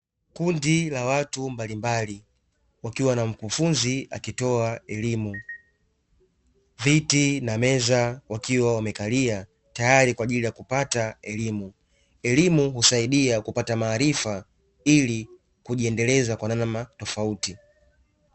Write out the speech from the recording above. Kundi la watu mbalimbali wakiwa na mkufunzi akitoa elimu. Viti na meza wakiwa wamekalia, tayari kwaajili ya kupata elimu. Elimu husaidia kupata maarifa ili kujiendeleza kwa namna tofauti.